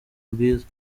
bwiza